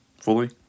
fully